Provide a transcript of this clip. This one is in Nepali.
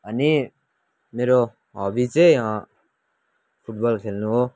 अनि मेरो हबी चाहिँ फुटबल खेल्नु हो